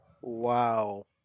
Wow